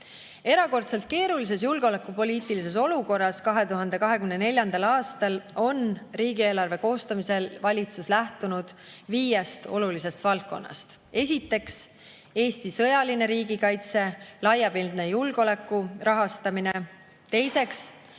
Erakordselt keerulises julgeolekupoliitilises olukorras on valitsus 2024. aasta riigieelarve koostamisel lähtunud viiest olulisest valdkonnast: esiteks, Eesti sõjaline riigikaitse, laiapindse julgeoleku rahastamine; teiseks,